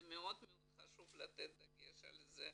מאוד חשוב לתת את הדגש הזה.